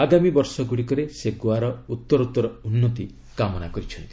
ଆଗାମୀ ବର୍ଷଗୁଡ଼ିକରେ ସେ ଗୋଆର ଉତ୍ତରୋଭର ଉନ୍ନତି କାମନା କରିଛନ୍ତି